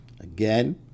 Again